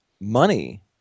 money